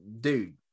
dude